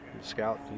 Scout